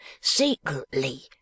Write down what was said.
secretly